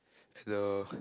the